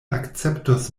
akceptos